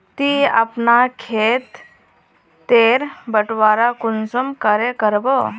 ती अपना खेत तेर बटवारा कुंसम करे करबो?